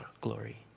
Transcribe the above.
glory